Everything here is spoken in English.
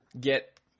get